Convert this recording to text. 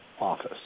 office